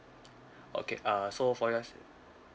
okay uh so for your se~